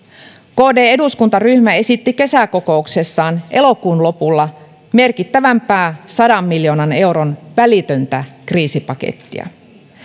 kd eduskuntaryhmä esitti kesäkokouksessaan elokuun lopulla merkittävämpää sadan miljoonan euron välitöntä kriisipakettia